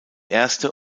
erste